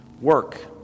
work